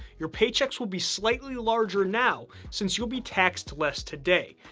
your paychecks will be slightly larger now since you'll be taxed less today.